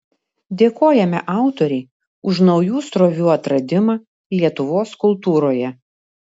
dėkojame autorei už naujų srovių atradimą lietuvos kultūroje